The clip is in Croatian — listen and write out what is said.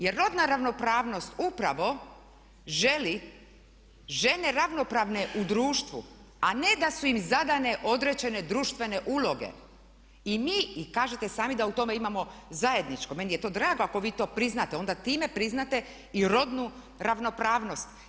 Jer rodna ravnopravnost upravo želi žene ravnopravne u društvu a ne da su im zadane određene društvene uloge i mi, i kažete i sami da u tome imamo zajedničko, meni je to drago ako vi to priznate, onda time priznate i rodnu ravnopravnost.